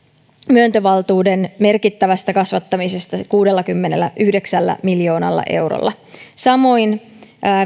myöntövaltuuden merkittävästä kasvattamisesta kuudellakymmenelläyhdeksällä miljoonalla eurolla samoin